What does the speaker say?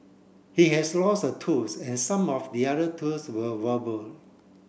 he has lost a tooth and some of the other tooth were wobble